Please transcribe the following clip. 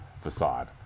facade